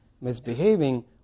misbehaving